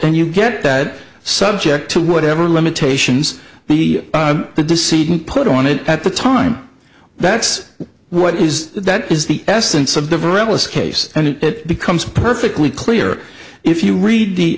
and you get that subject to whatever limitations the deceit put on it at the time that's what is that is the essence of the realist case and it becomes perfectly clear if you read the